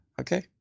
okay